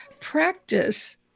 practice